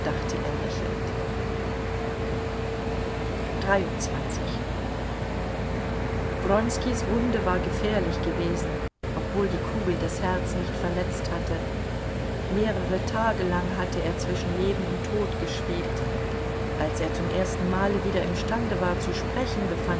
dachte er lächelnd wronskis wunde war gefährlich gewesen obwohl die kugel das herz nicht verletzt hatte mehrere tage lang hatte er zwischen leben und tod geschwebt als er zum ersten male wieder imstande war zu sprechen befand